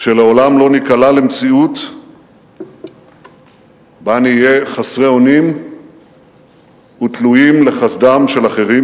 שלעולם לא ניקלע למציאות שבה נהיה חסרי אונים ותלויים בחסדם של אחרים.